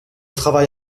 travail